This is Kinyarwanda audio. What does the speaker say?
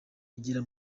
igira